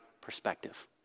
perspective